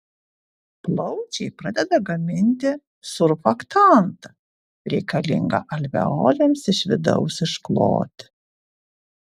plaučiai pradeda gaminti surfaktantą reikalingą alveolėms iš vidaus iškloti